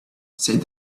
said